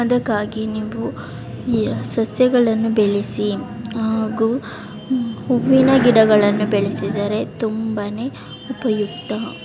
ಅದಕ್ಕಾಗಿ ನೀವು ಯ್ ಸಸ್ಯಗಳನ್ನು ಬೆಳೆಸಿ ಹಾಗೂ ಹೂವಿನ ಗಿಡಗಳನ್ನು ಬೆಳೆಸಿದರೆ ತುಂಬನೇ ಉಪಯುಕ್ತ